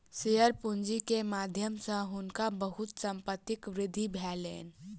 share पूंजी के माध्यम सॅ हुनका बहुत संपत्तिक वृद्धि भेलैन